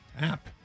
app